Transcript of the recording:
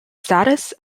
status